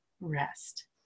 rest